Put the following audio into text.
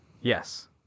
Yes